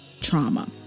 trauma